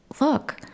look